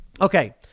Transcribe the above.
Okay